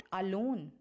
alone